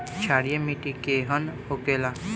क्षारीय मिट्टी केहन होखेला?